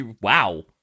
Wow